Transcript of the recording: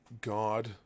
God